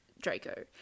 draco